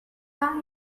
are